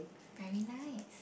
very nice